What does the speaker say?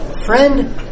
friend